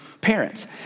parents